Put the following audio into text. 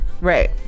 right